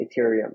Ethereum